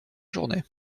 journée